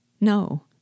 No